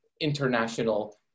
international